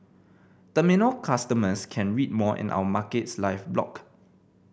terminal customers can read more in our Markets Live blog